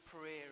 prayer